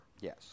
Yes